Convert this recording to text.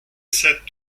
sad